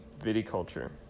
Vidiculture